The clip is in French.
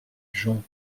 gens